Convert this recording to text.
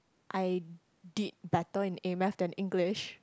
I did better in A-math then English